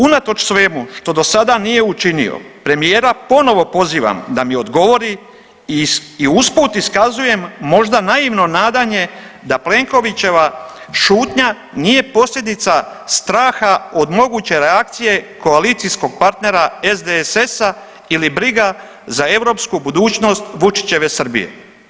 Unatoč svemu što dosada nije učinio premijera ponovo pozivam da mi odgovori i usput iskazujem možda naivno nadanje da Plenkovićeva šutnja nije posljedica straha od moguće reakcije koalicijskog partnera SDSS-a ili briga za europsku budućnost Vučićeve Srbije.